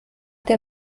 der